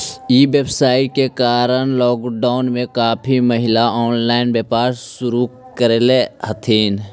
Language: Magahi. ई व्यवसाय के कारण लॉकडाउन में काफी महिला ऑनलाइन व्यापार शुरू करले हथिन